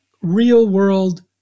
real-world